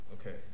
Okay